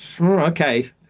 Okay